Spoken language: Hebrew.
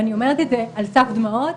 ואני אומרת את זה על סף דמעות,